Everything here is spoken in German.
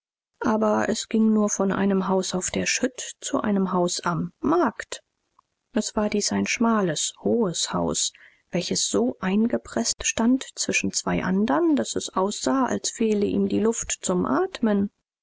aber es ging nur von einem haus auf der schütt zu einem haus am markt es war dies ein schmales hohes haus welches so eingepreßt stand zwischen zwei andern daß es aussah als fehle ihm die luft zum atmen